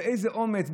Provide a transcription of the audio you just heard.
באיזה אומץ,